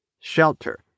shelter